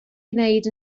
gwneud